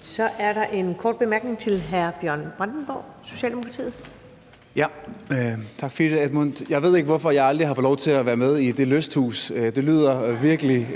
Så er der en kort bemærkning fra hr. Bjørn Brandenborg, Socialdemokratiet. Kl. 21:38 Bjørn Brandenborg (S): Tak for det. Jeg ved ikke, hvorfor jeg aldrig har fået lov at være med i det lysthus. Det lyder virkelig